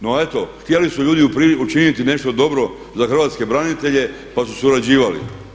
No eto htjeli su ljudi učiniti nešto dobro za Hrvatske branitelje pa su surađivali.